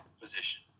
position